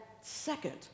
second